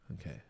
Okay